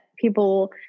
people